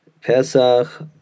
Pesach